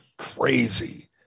crazy